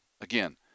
Again